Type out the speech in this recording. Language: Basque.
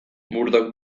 murdoch